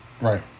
Right